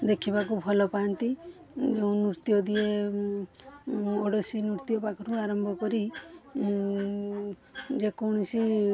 ଦେଖିବାକୁ ଭଲ ପାଆନ୍ତି ଯେଉଁ ନୃତ୍ୟ ଦିଏ ଓଡ଼ିଶୀ ନୃତ୍ୟ ପାଖରୁ ଆରମ୍ଭ କରି ଯେ କୌଣସି